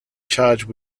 charged